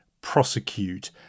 prosecute